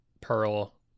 pearl